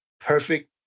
perfect